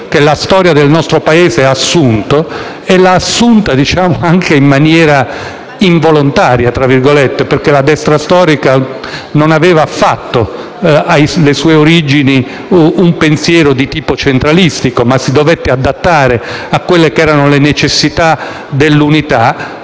che la storia del nostro Paese ha assunto - tra l'altro anche in maniera «involontaria», perché la destra storica non aveva affatto alle sue origini un pensiero di tipo centralistico, ma si dovette adattare a quelle che erano le necessità dell'unità